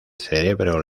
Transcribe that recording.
cerebro